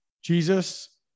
Jesus